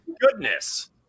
goodness